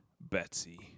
Betsy